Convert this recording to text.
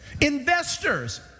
Investors